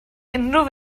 unrhyw